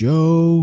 Joe